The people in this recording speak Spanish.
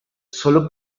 solo